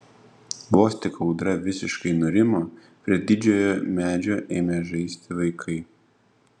vos tik audra visiškai nurimo prie didžiojo medžio ėmė žaisti vaikai